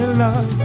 love